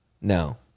No